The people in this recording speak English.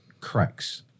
cracks